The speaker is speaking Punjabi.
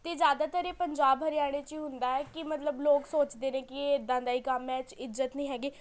ਅਤੇ ਜ਼ਿਆਦਾਤਰ ਇਹ ਪੰਜਾਬ ਹਰਿਆਣੇ 'ਚ ਹੁੰਦਾ ਏ ਕਿ ਮਤਲਬ ਲੋਕ ਸੋਚਦੇ ਨੇ ਕਿ ਇਹ ਇੱਦਾਂ ਦਾ ਹੀ ਕੰਮ ਹੈ ਇਹ 'ਚ ਇੱਜ਼ਤ ਨਹੀਂ ਹੈਗੀ